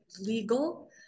legal